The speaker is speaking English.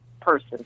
person